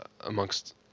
amongst